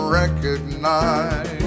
recognize